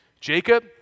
Jacob